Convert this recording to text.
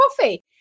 coffee